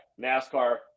NASCAR